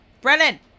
Brennan